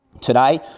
Today